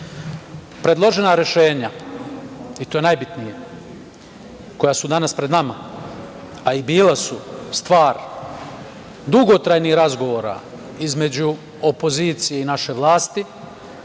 predložena rešenja, i to je najbitnije, koja su danas pred nama, a i bila su stvar dugotrajnih razgovora između opozicije i naše vlasti,